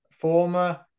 Former